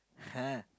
!huh!